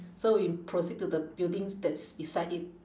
so we proceed to the buildings that's beside it